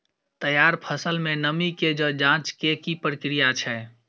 तैयार फसल में नमी के ज जॉंच के की प्रक्रिया छै?